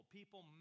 People